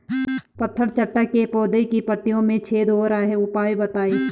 पत्थर चट्टा के पौधें की पत्तियों में छेद हो रहे हैं उपाय बताएं?